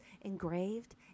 engraved